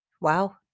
Wow